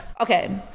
okay